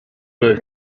jueves